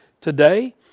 Today